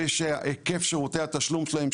ושהיקף שירותי התשלום שלהם,